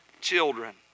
children